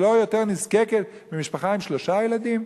היא לא יותר נזקקת ממשפחה עם שלושה ילדים?